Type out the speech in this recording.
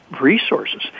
resources